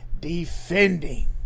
defending